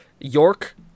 York